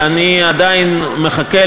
ואני עדיין מחכה,